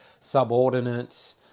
subordinate